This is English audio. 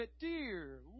dear